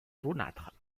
jaunâtres